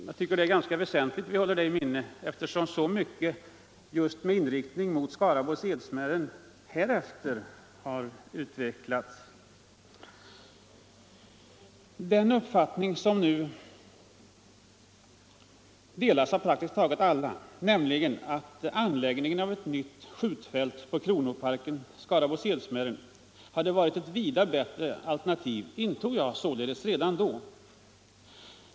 Det är ganska väsentligt att hålla det i minnet eftersom så mycket sagts med inriktning just på Skaraborgs Edsmären därefter. Den uppfattning som nu delas av praktiskt taget alla, nämligen att anläggningen av ett nytt skjutfält på Kronoparken Skaraborgs Edsmären hade varit ett vida bättre alternativ, intog jag således redan då.